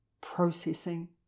processing